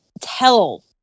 tell